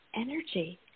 energy